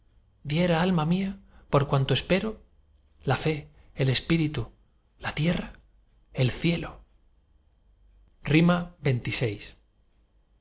diera alma mía por cuanto espero la fe el espíritu la tierra el cielo